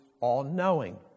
all-knowing